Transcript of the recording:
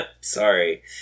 sorry